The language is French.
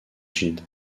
gide